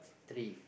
three